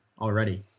already